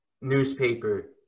newspaper